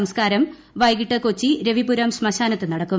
സംസ്കാരം വൈകിട്ട് കൊച്ചി രവിപുരം ശ്മശ്ശാനത്ത് നടക്കും